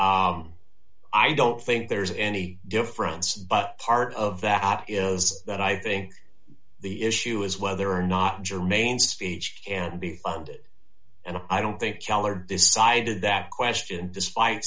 i don't think there's any difference but part of that is that i think the issue is whether or not germane speech can be funded and i don't think kalar decided that question despite